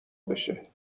بشه